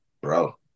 bro